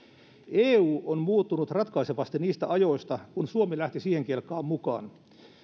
eu on muuttunut ratkaisevasti niistä ajoista kun suomi lähti siihen kelkkaan mukaan